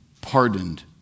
pardoned